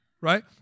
right